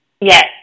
Yes